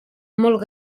molt